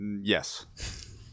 Yes